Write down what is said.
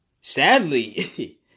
Sadly